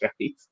right